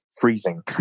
freezing